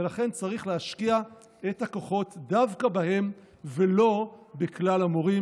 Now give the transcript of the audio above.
ולכן צריך להשקיע את הכוחות דווקא בהם ולא בכלל המורים.